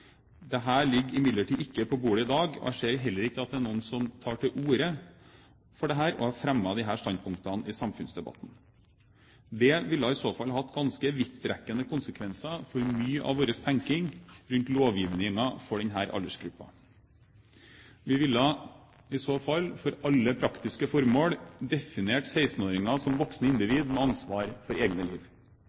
ligger imidlertid ikke på bordet i dag, og jeg ser heller ingen som tar til orde for dette eller har fremmet disse stanspunktene i samfunnsdebatten. Det ville i så fall hatt ganske vidtrekkende konsekvenser for mye av vår tenkning rundt lovgivingen for denne aldersgruppen. Vi ville i så fall for alle praktiske formål definert 16-åringer som voksne individ med ansvar for egne liv.